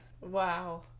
Wow